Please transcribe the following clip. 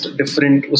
different